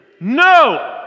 No